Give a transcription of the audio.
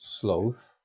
sloth